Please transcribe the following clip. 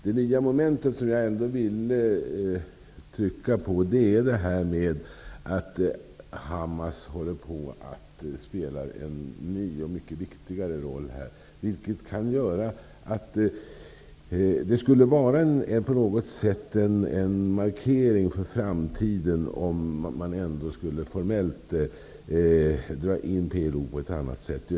Det nya momentet, som jag ville trycka på, är detta att Hamas håller på att spela en ny och mycket viktigare roll. Det skulle kunna vara en markering för framtiden, om man formellt drog in PLO på ett annat sätt.